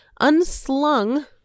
unslung